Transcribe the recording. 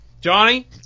Johnny